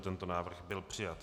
Tento návrh byl přijat.